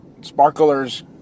sparklers